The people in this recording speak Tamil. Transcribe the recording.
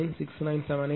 96978 j0